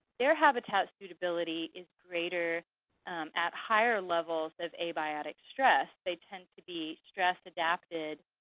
their habitat suitability is greater at higher levels of abiotic stress. they tend to be stress adapted,